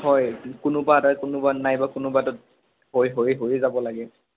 হয় কোনোবা এটা কোনোবা নাইবা কোনোবাটোত হৈ হৈ হৈয়ে যাব লাগে